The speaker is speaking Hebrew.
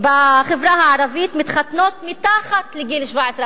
בחברה הערבית מתחתנות מתחת לגיל 17,